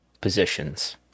positions